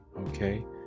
okay